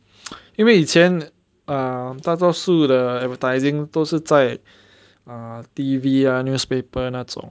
因为以前 um 大多数的 advertising 都是在 ah T_V ah newspaper 那种